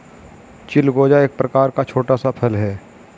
चिलगोजा एक प्रकार का छोटा सा फल है